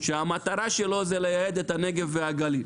שהמטרה שלו היא לייהד את הנגב והגליל.